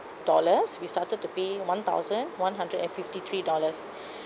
dollars we started to pay one thousand one hundred and fifty three dollars